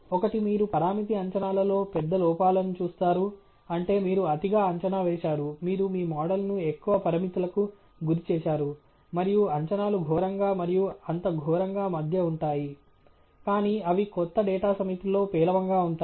ఒకటి మీరు పరామితి అంచనాలలో పెద్ద లోపాలను చూస్తారు అంటే మీరు అతిగా అంచనా వేశారు మీరు మీ మోడల్ను ఎక్కువ పరిమితులకు గురి చేశారు మరియు అంచనాలు ఘోరంగా మరియు అంత ఘోరంగా మధ్య ఉంటాయి కానీ అవి కొత్త డేటా సమితిలో పేలవంగా ఉంటాయి